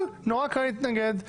אבל נורא קל להתנגד,